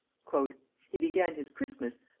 he began his christmas,